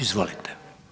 Izvolite.